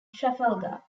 trafalgar